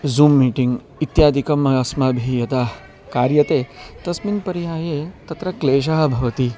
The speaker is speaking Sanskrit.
ज़ूम् मीटिङ्ग् इत्यादिकम् अस्माभिः यदा कार्यते तस्मिन् पर्याये तत्र क्लेशः भवति